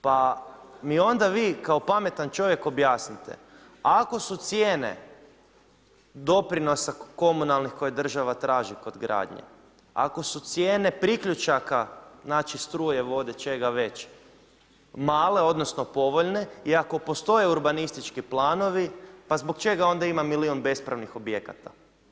Pa mi onda vi kao pametan čovjek objasnite, ako su cijene doprinosa komunalnih koje država traži kod gradnje, ako su cijene priključaka struje, vode čega već male odnosno povoljne i ako postoje urbanistički planovi, pa zbog čega onda ima milijun bespravnih objekata?